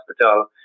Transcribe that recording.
hospital